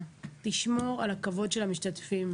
תשמור על הכבוד של המשתתפים.